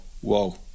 whoa